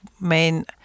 main